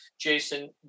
Jason